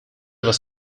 was